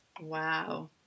Wow